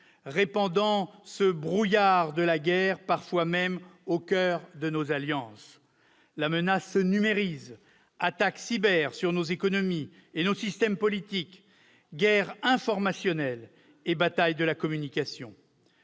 répandant ce « brouillard de la guerre », parfois jusqu'au coeur de nos alliances. La menace se numérise : cyberattaques sur nos économies et sur nos systèmes politiques, guerre informationnelle et bataille de la communication.